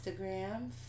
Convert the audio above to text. Instagram